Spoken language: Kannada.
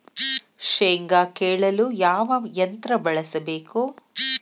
ಶೇಂಗಾ ಕೇಳಲು ಯಾವ ಯಂತ್ರ ಬಳಸಬೇಕು?